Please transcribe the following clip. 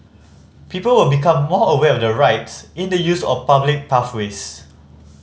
people will become more aware of their rights in the use of public pathways